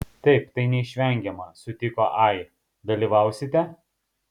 taip tai neišvengiama sutiko ai dalyvausite